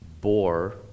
bore